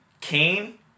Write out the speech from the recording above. Kane